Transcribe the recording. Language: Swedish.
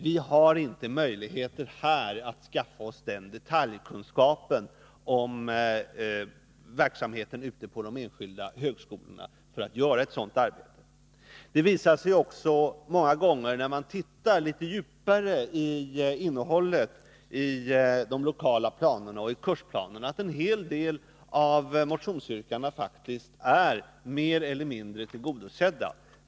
Vi har inte möjlighet här att skaffa oss den detaljkunskap om verksamheten ute på de enskilda högskolorna som är nödvändig för att kunna göra ett sådant arbete. När man ser litet närmare på innehållet i de lokala planerna och i kursplanerna, visar det sig också ofta att en hel del motionsyrkanden faktiskt är mer eller mindre tillgodosedda.